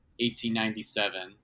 1897